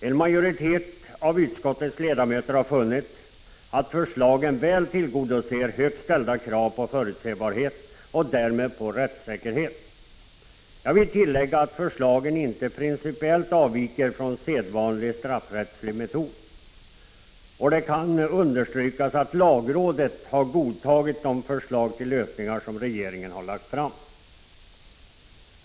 En majoritet av utskottets ledamöter har funnit att förslagen väl tillgodoser högt ställda krav på förutsebarhet och därmed på rättssäkerhet. Jag vill tillägga att förslagen inte principiellt avviker från sedvanlig straffrättslig metod. Och det kan understrykas att lagrådet godtagit de förslag till lösningar som regeringen har lagt fram.